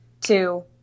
two